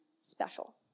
special